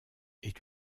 est